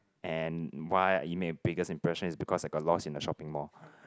and why it make a biggest impression is because I got lost in a shopping mall